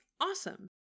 awesome